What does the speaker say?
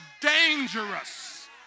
dangerous